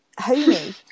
Homey